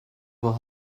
will